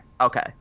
Okay